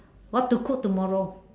what to cook tomorrow